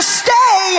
stay